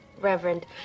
Reverend